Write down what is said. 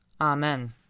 Amen